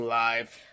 life